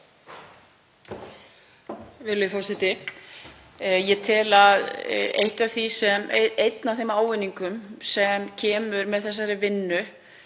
forseti. Ég tel að einn af þeim ávinningum sem koma með þessari vinnu,